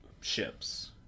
ships